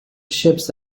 ships